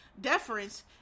deference